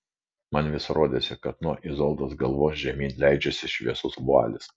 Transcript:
man vis rodėsi kad nuo izoldos galvos žemyn leidžiasi šviesus vualis